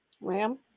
ram